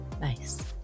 nice